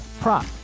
prop